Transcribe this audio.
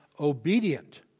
obedient